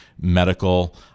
medical